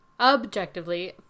Objectively